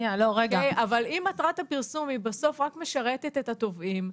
אבל אם מטרת הפרסום בסוף רק משרתת את התובעים,